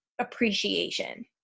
appreciation